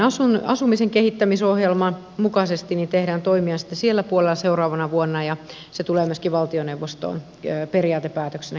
ikääntyvien asumisen kehittämisohjelman mukaisesti tehdään toimia sitten siellä puolella seuraavana vuonna ja se tulee myöskin valtioneuvostoon periaatepäätöksenä käsiteltäväksi